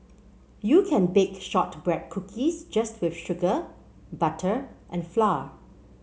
you can bake shortbread cookies just with sugar butter and flour